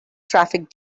traffic